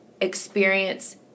experience